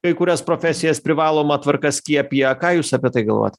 kai kurias profesijas privaloma tvarka skiepija ką jūs apie tai galvojat